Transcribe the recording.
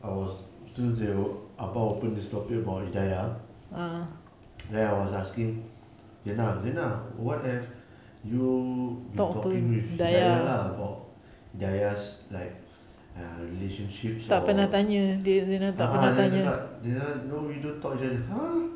I was two zero abah open this topic about dayah then I was asking zina zina what have you been talking to dayah lah about dayah's like err relationship or a'ah zina cakap no we don't talk each other !huh!